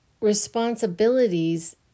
responsibilities